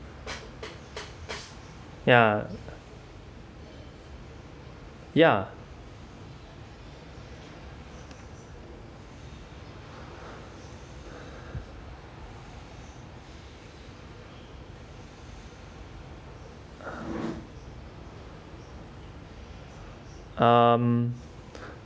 ya ya um